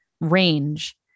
range